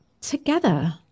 together